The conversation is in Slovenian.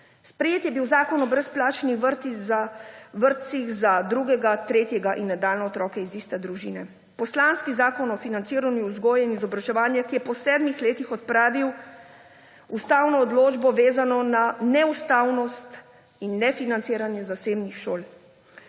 Sprejet je bil zakon o brezplačnih vrtcih za drugega, tretjega in nadaljnje otroke iz iste družine, poslanski zakon o financiranju vzgoje in izobraževanja, ki je po sedmih letih odpravil ustavno odločbo, vezano na neustavnost in nefinanciranje zasebnih šol.